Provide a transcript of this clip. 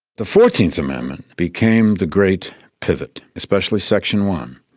the fourteenth amendment became the great pivot, especially section one.